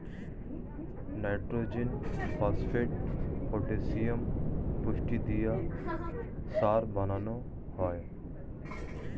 nitrogen, phosphate, potassium পুষ্টি দিয়ে সার বানানো হয়